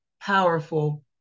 powerful